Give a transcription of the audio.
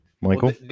Michael